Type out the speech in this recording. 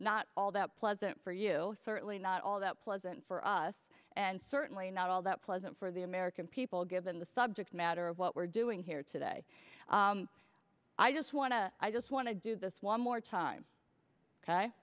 not all that pleasant for you certainly not all that pleasant for us and certainly not all that pleasant for the american people given the subject matter of what we're doing here today i just want to i just want to do this one more time